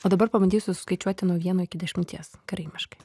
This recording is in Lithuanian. o dabar pabandys suskaičiuoti nuo vieno iki dešimties karaimiškai